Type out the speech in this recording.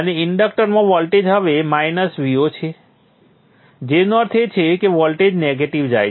અને ઇન્ડક્ટરમાં વોલ્ટેજ હવે માઇનસ Vo છે જેનો અર્થ છે કે વોલ્ટેજ નેગેટિવ જાય છે